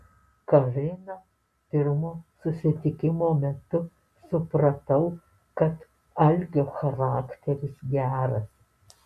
karina pirmo susitikimo metu supratau kad algio charakteris geras